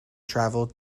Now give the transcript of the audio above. traveled